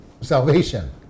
salvation